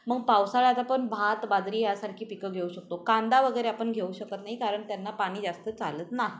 मग पावसाळ्यात पण भात बाजरी यासारखी पिकं घेऊ शकतो कांदा वगैरे आपण घेऊ शकत नाही कारण त्यांना पाणी जास्त चालत नाही